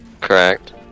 correct